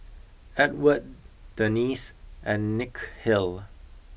Edward Denise and Nikhil